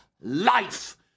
life